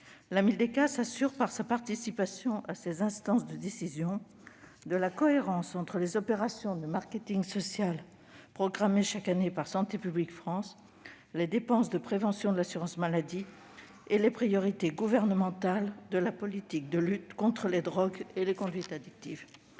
La Mildeca s'assure, par sa participation à ces instances de décision, de la cohérence entre les opérations de marketing social, programmées chaque année par Santé publique France, les dépenses de prévention de l'assurance maladie et les priorités gouvernementales de la politique de lutte contre les drogues et les conduites addictives.